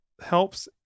helps